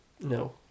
No